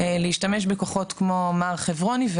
להשתמש בכוחות כמו מר חברוני,